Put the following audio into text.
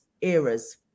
eras